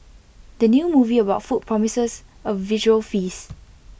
the new movie about food promises A visual feast